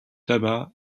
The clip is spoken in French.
tabac